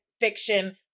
fiction